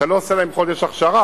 אתה לא עושה להם חודש הכשרה.